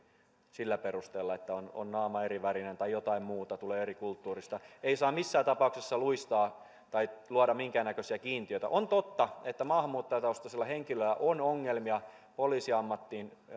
sillä perusteella että on on naama erivärinen tai jotain muuta tulee eri kulttuurista ei saa missään tapauksessa luistaa tai luoda minkäännäköisiä kiintiöitä on totta että maahanmuuttajataustaisilla henkilöillä on ongelmia poliisiammattiin